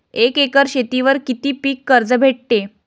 एक एकर शेतीवर किती पीक कर्ज भेटते?